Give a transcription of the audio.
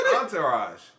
Entourage